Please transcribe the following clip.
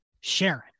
Sharon